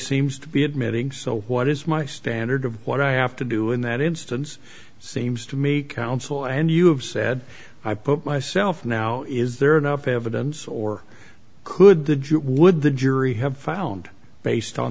seems to be admitting so what is my standard of what i have to do in that instance seems to me counsel and you have said i put myself now is there enough evidence or could the judge would the jury have found based on